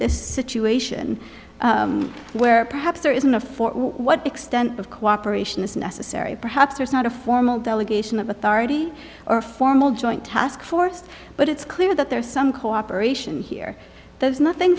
this situation where perhaps there isn't a for what extent of cooperation is necessary perhaps there's not a formal delegation of authority or formal joint task force but it's clear that there is some cooperation here there's nothing